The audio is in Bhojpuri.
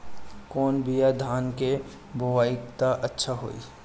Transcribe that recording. कौन बिया धान के बोआई त अच्छा होई?